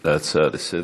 על ההצעה לסדר-היום.